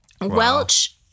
Welch